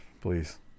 Please